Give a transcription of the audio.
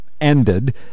ended